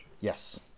Yes